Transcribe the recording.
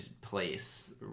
place